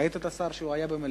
ראית את השר שהיה במליאה.